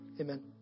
amen